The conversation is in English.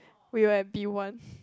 we were at B one